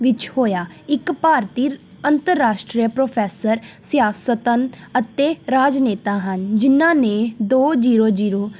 ਵਿੱਚ ਹੋਇਆ ਇੱਕ ਭਾਰਤੀ ਅੰਤਰਰਾਸ਼ਟਰੀ ਪ੍ਰੋਫੈਸਰ ਸਿਆਸਤਨ ਅਤੇ ਰਾਜ ਨੇਤਾ ਹਨ ਜਿਹਨਾਂ ਨੇ ਦੋ ਜ਼ੀਰੋ ਜ਼ੀਰੋ